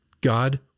God